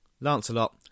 Lancelot